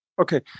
Okay